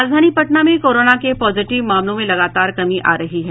राजधानी पटना में कोरोना के पॉजिटिव मामलों में लगातार कमी आ रही है